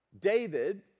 David